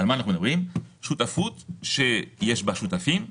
שותפות שיש בה שותפים.